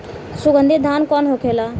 सुगन्धित धान कौन होखेला?